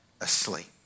asleep